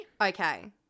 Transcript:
okay